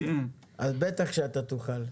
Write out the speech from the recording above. אז בטח שאתה תוכל,